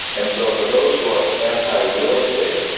and so, for those who are anti-real estate,